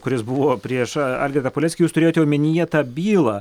kuris buvo prieš algirdą paleckį jūs turėjote omenyje tą bylą